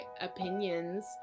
opinions